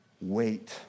wait